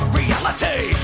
reality